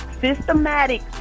systematic